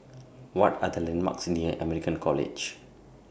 What Are The landmarks near American College